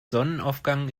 sonnenaufgang